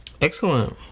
Excellent